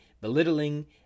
belittling